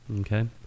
Okay